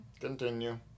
continue